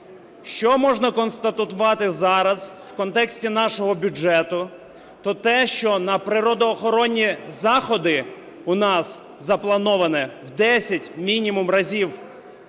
Що можна констатувати зараза в контексті нашого бюджету, то те, що на природоохоронні заходи у нас заплановане в десять мінімум разів